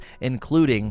including